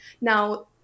now